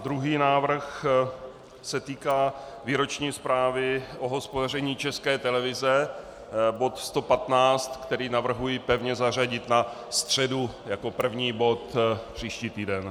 Druhý návrh se týká výroční zprávy o hospodaření České televize, bod 115, který navrhuji pevně zařadit na středu jako první bod příští týden.